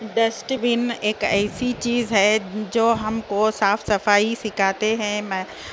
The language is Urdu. ڈسٹبین ایک ایسی چیز ہے جو ہم کو صاف صفائی سکھاتے ہیں